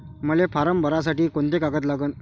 मले फारम भरासाठी कोंते कागद लागन?